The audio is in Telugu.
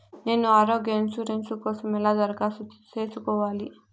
నేను ఆరోగ్య ఇన్సూరెన్సు కోసం ఎలా దరఖాస్తు సేసుకోవాలి